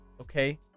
Okay